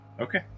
okay